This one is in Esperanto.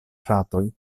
fratoj